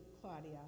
Claudia